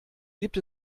gibt